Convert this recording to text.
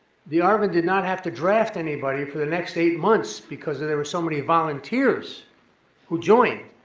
the arvn did not have to draft anybody for the next eight months because there there were so many volunteers who joined.